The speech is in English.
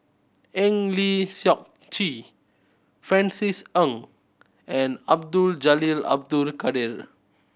Eng Lee Seok Chee Francis Ng and Abdul Jalil Abdul Kadir